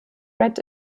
red